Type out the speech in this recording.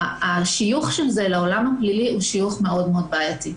השיוך של זה לעולם הפלילי הוא שיוך מאוד בעייתי.